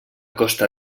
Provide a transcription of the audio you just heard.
costa